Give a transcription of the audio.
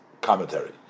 commentary